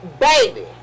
Baby